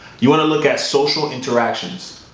you want to look at social interactions.